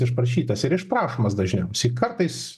išprašytas ir išprašomas dažniausiai kartais